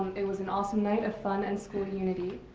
it was an awesome night of fun and school unity.